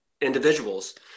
individuals